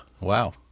Wow